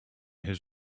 his